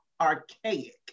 archaic